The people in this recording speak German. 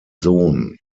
sohn